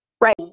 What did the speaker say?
Right